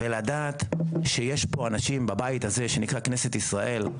ולדעת שיש פה אנשים בבית בזה שנקרא כנסת ישראל,